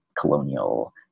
colonial